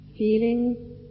Feeling